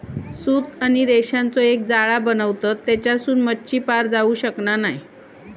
सूत आणि रेशांचो एक जाळा बनवतत तेच्यासून मच्छी पार जाऊ शकना नाय